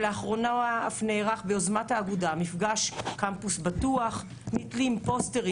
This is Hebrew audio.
לאחרונה אף נערך ביוזמת האגודה מפגש קמפוס בטוח; נתלים פוסטרים